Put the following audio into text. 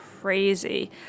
crazy